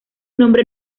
nombre